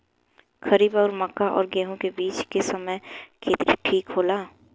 खरीफ और मक्का और गेंहू के बीच के समय खेती ठीक होला?